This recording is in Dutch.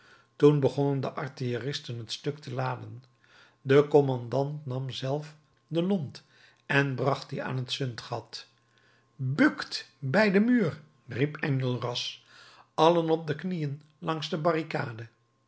toen begonnen de artilleristen het stuk te laden de kommandant nam zelf de lont en bracht die aan het zundgat bukt bij den muur riep enjolras allen op de knieën langs de barricade